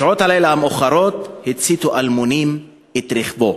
בשעות הלילה המאוחרות הציתו אלמונים את רכבו.